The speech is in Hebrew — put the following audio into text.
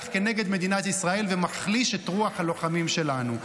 נגד מדינת ישראל ומחליש את רוח הלוחמים שלנו.